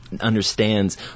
understands